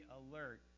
alert